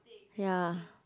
ya